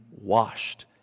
washed